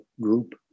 group